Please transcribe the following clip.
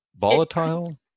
volatile